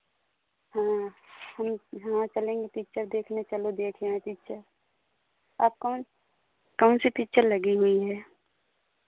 हाँ हम हाँ चलेंगे पिक्चर देखने चलो देख आएँ पिक्चर आप कौन कौन सी पिक्चर लगी हुई है